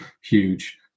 huge